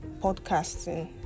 podcasting